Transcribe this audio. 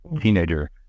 teenager